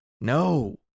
No